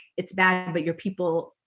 it's bad, but you're people,